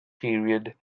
period